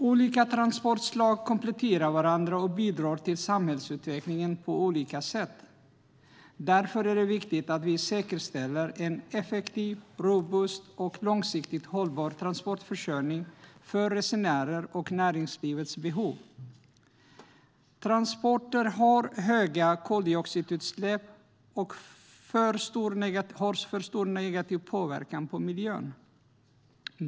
Olika transportslag kompletterar varandra och bidrar till samhällsutvecklingen på olika sätt. Därför är det viktigt att vi säkerställer en effektiv, robust och långsiktigt hållbar transportförsörjning för resenärer och näringslivets behov. Transporter har för höga koldioxidutsläpp och för stor negativ påverkan på miljön.